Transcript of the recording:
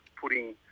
Putting